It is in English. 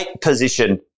position